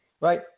Right